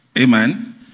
Amen